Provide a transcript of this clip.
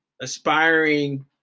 aspiring